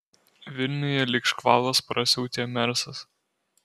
vilniuje lyg škvalas prasiautė mersas